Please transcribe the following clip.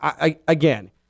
again